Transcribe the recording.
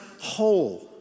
whole